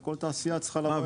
וכל תעשיה צריכה --- אישור כזה.